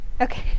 Okay